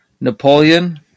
Napoleon